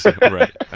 Right